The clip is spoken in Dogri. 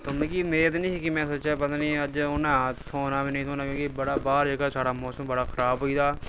मिगी मेद निं ही में सोचेआ पता निं अज्ज उनें थ्होना कि निं थ्होना क्योंकी बड़ा बाह्र जेह्का मौसम बड़ा खराब होई गेदा